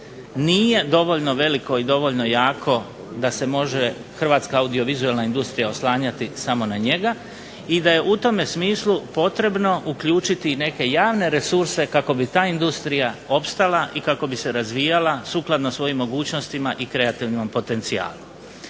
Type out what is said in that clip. nije dovoljno veliko i jako da se može hrvatska audiovizualna industrija oslanjati samo na njega i da je u tome smislu potrebno uključiti neke javne resurse kako bi ta industrija opstala i razvijala se sukladno svojim mogućnostima i kreativnim potencijalima.